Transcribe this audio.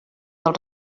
del